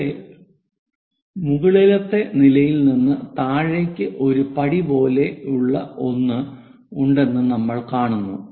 ഇവിടെ മുകളിലത്തെ നിലയിൽ നിന്ന് താഴേയ്ക്ക് ഒരു പടി പോലെയുള്ള ഒന്ന് ഉണ്ടെന്ന് നമ്മൾ കാണുന്നു